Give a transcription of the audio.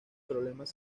problemas